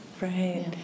Right